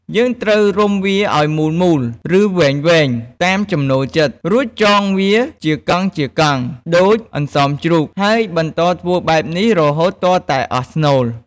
យើងត្រូវរុំវាឱ្យមូលៗ ឬវែងៗតាមចំណូលចិត្ត រួចចងវាជាកង់ៗ ដូចអន្សមជ្រូក ហើយបន្តធ្វើបែបនេះរហូតទាល់តែអស់ស្នូល។